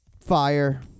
fire